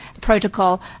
protocol